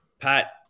Pat